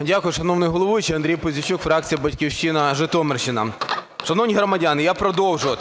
Дякую, шановний головуючий. Андрій Пузійчук, фракція "Батьківщина", Житомирщина. Шановні громадяни, я продовжу.